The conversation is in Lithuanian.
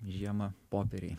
žiemą popieriai